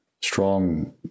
strong